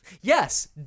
Yes